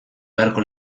beharko